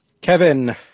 Kevin